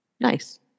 Nice